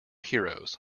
heroes